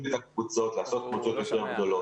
את הקבוצות, לעשות קבוצות יותר גדולות.